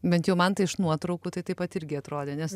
bent jau man tai iš nuotraukų tai taip pat irgi atrodė nes